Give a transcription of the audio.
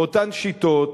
ואותן שיטות,